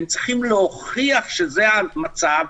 הם צריכים להוכיח שזה המצב,